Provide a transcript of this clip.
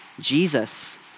Jesus